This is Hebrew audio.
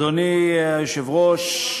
אדוני היושב-ראש,